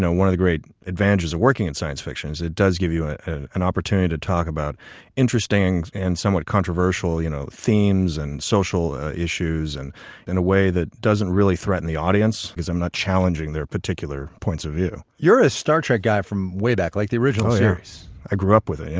one of the great advantages of working in science fiction is it does give you ah an opportunity to talk about interesting and somewhat controversial you know themes and social issues and in a way that doesn't really threaten the audience, because i'm not challenging their particular points of view you're a star trek guy from way back, like the original series? i grew up with it,